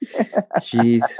Jeez